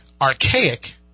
archaic